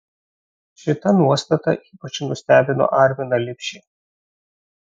šita nuostata ypač nustebino arminą lipšį